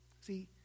See